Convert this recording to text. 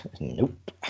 Nope